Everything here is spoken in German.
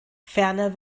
ferner